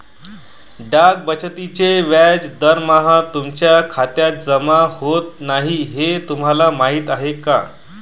डाक बचतीचे व्याज दरमहा तुमच्या खात्यात जमा होत नाही हे तुम्हाला माहीत आहे का?